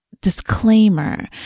disclaimer